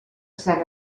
sant